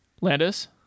Landis